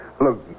look